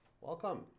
Welcome